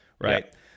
right